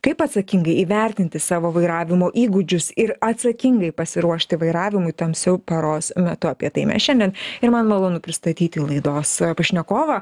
kaip atsakingai įvertinti savo vairavimo įgūdžius ir atsakingai pasiruošti vairavimui tamsiu paros metu apie tai mes šiandien ir man malonu pristatyti laidos pašnekovą